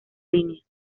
línea